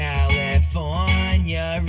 California